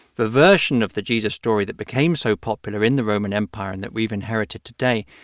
the version of the jesus story that became so popular in the roman empire, and that we've inherited today,